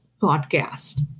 podcast